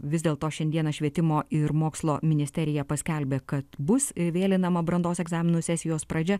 vis dėlto šiandieną švietimo ir mokslo ministerija paskelbė kad bus vėlinama brandos egzaminų sesijos pradžia